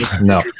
no